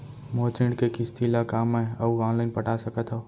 मोर ऋण के किसती ला का मैं अऊ लाइन पटा सकत हव?